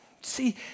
See